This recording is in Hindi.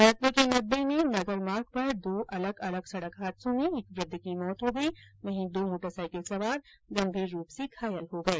भरतपुर के नदबई में नगर मार्ग पर दो अलग अलग सड़क हादसों में एक वृद्ध की मौत हो गई वहीं दो मोटरसाइकिल सवार गंभीर रूप से घायल हो गए